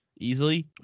Easily